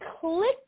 click